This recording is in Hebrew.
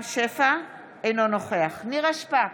אינו נוכח נירה שפק,